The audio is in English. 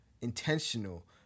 intentional